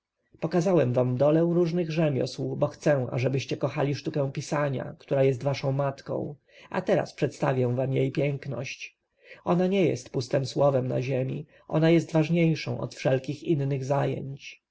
pokazałem wam dolę różnych rzemiosł bo chcę ażebyście kochali sztukę pisania która jest waszą matką a teraz przedstawię wam jej piękności ona nie jest pustem słowem na ziemi ona jest ważniejszą od wszelkich innych zajęć